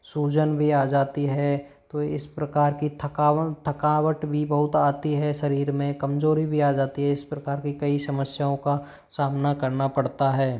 सूजन भी आ जाती है तो इस प्रकार की थकाव थकावट भी बहुत आती है शरीर में कमजोरी भी आ जाती है इस प्रकार की कई समस्याओं का सामना करना पड़ता है